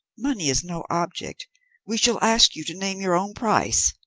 money is no object we shall ask you to name your own price,